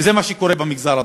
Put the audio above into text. וזה מה שקורה במגזר הדרוזי.